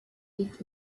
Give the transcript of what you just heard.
liegt